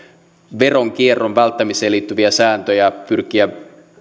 veronkierron välttämiseen liittyviä sääntöjä pyrkiä